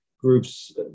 groups